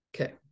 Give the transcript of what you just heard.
okay